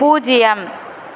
பூஜ்ஜியம்